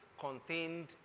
contained